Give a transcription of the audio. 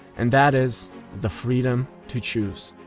and that is the freedom to choose.